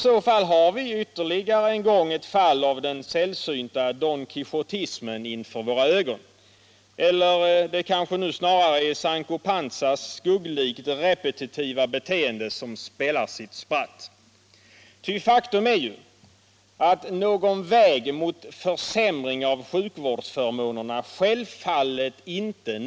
Då har vi ytterligare ett fall av den sällsynta donquijotismen inför våra ögon — eller är det kanske snarare Sancho Panzas skugglikt repetitiva beteende som spelar sitt spratt? Självfallet beträds inte någon väg mot försämring av sjukvårdsförmmånerna.